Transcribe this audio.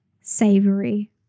savory